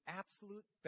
absolute